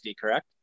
correct